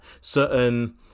certain